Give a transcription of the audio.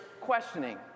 questioning